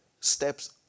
steps